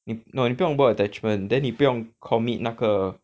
你 no 你不用 work attachment then 你不用 commit 那个